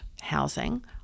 housing